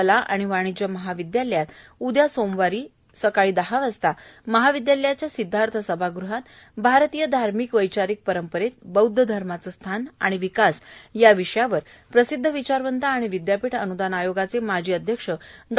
कला आणि वाणिज्य महाविद्यालय येथे उदया सोमवार रोजी सकाळी दहा वाजता महाविद्यालयाच्या सिदधार्थ सभागृहात आरतीय धार्मिक वैचारिक परंपरेत बौद्ध धर्माचे स्थान आणि विकास या विषयावर प्रसिद्ध विचारवंत आणि विद्यापीठ अनुदान आयोगाचे माजी अध्यक्ष डॉ